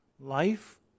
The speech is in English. life